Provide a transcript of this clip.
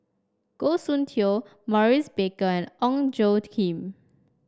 Goh Soon Tioe Maurice Baker and Ong Tjoe Kim